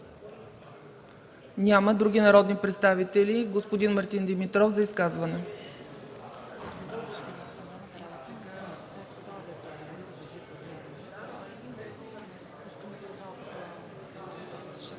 Няма. Други народни представители? Господин Мартин Димитров – за изказване.